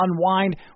unwind